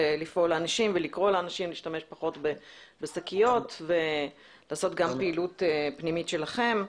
לקרוא לאנשים להשתמש פחות בשקיות ולעשות גם פעילות פנימית שלכם.